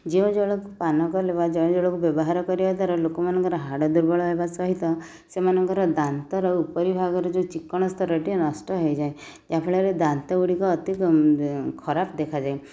ଯେଉଁ ଜଳକୁ ପାନ କଲେ ବା ଯେଉଁ ଜଳକୁ ବ୍ୟବହାର କରିବା ଦ୍ୱାରା ଲୋକମାନଙ୍କର ହାଡ଼ ଦୁର୍ବଳ ହେବା ସହିତ ସେମାନଙ୍କର ଦାନ୍ତର ଉପରି ଭାଗରେ ଯେଉଁ ଚିକ୍କଣ ସ୍ତରଟି ନଷ୍ଟ ହୋଇଯାଏ ଏହା ଫଳରେ ଦାନ୍ତ ଗୁଡ଼ିକ ଅତି ଖରାପ ଦେଖାଯାଏ